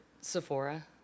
Sephora